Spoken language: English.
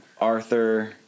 Arthur